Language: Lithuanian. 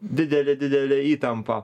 didelė didelė įtampa